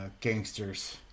gangsters